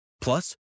Plus